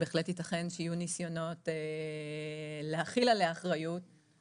בהחלט ייתכן שיהיו ניסיונות להחיל עליה אחריות,